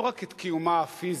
לא רק את קיומה הפיזי,